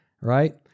right